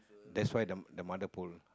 that's why the the mother pull